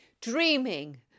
dreaming